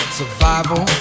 survival